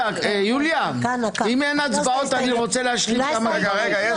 יוליה, אם אין הצבעות אני רוצה להשלים כמה דברים.